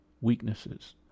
weaknesses